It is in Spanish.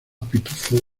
pitufo